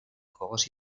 juegos